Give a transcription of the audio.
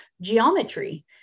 geometry